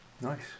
Nice